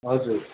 हजुर